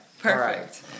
perfect